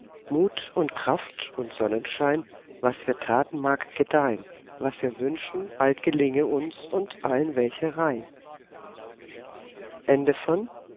mut und kraft und sonnenschein was wir taten mag gedeih'n was wir wünschen bald gelinge uns und allen welche rein